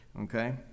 okay